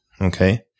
Okay